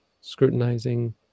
scrutinizing